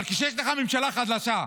אבל כשיש לך ממשלה חלשה,